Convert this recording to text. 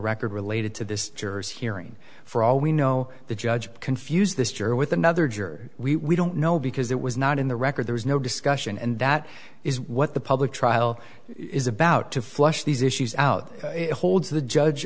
record related to this juror's hearing for all we know the judge confused this juror with another juror we don't know because it was not in the record there was no discussion and that is what the public trial is about to flush these issues out holds the judge